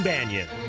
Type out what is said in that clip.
Banyan